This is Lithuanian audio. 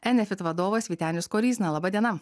enefit vadovas vytenis koryzna laba diena